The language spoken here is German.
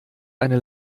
eine